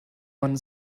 man